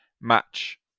match